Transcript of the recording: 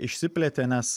išsiplėtė nes